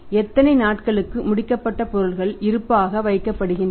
எத்தனை நாட்களுக்கு முடிக்கப்பட்ட பொருட்கள் இருப்பு ஆக வைக்கப்படுகின்றன